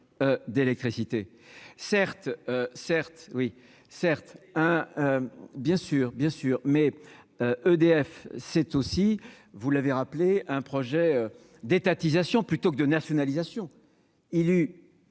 hein, bien sûr, bien sûr, mais EDF c'est aussi vous l'avez rappelé un projet d'étatisation, plutôt que de nationalisation, il eut